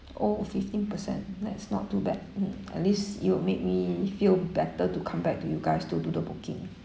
oh a fifteen percent that's not too bad mm at least you would make me feel better to come back to you guys to do the booking